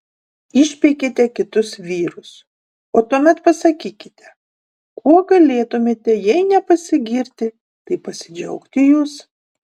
išpeikėte kitus vyrus o tuomet pasakykite kuo galėtumėte jei ne pasigirti tai pasidžiaugti jūs